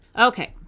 Okay